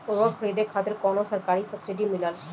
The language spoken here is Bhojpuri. उर्वरक खरीदे खातिर कउनो सरकारी सब्सीडी मिलेल?